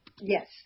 Yes